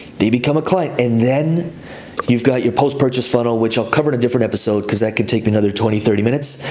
they become a client. and then you've got your post-purchase funnel, which i'll cover in a different episode, cause that could take me another twenty, thirty minutes,